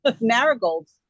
Marigolds